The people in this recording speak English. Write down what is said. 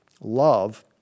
love